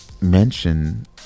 mention